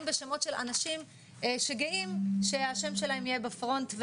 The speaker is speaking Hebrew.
בשמות של אנשים שגאים שהשם שלהם יהיה בפרונט,